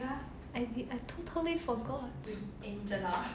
I did I totally forgot